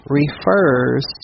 refers